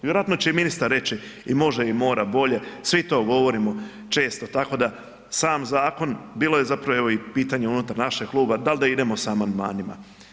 Vjerojatno će i ministar reći i može i mora bolje, svi to govorimo često, tako da sam zakon bilo zapravo i evo pitanje unutar našeg kluba da li da idemo sa amandmanima.